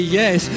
yes